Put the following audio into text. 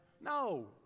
No